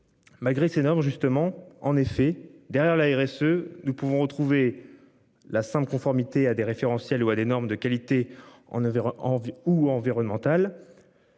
Malgré ces normes justement en effet derrière la RSE. Nous pouvons retrouver. La 5 conformité à des référentiels ou à des normes de qualité, on avait envie